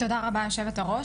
תודה רבה גברתי היושבת ראש,